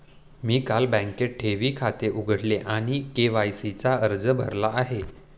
मी काल बँकेत ठेवी खाते उघडले आणि के.वाय.सी चा अर्जही भरला आहे